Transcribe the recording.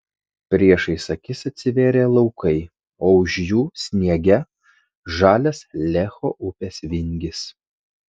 priešais akis atsivėrė laukai o už jų sniege žalias lecho upės vingis